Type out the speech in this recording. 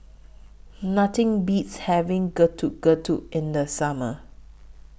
Nothing Beats having Getuk Getuk in The Summer